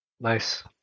Nice